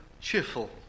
cheerful